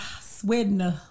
sweating